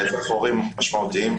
מייצר חורים משמעותיים.